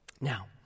Now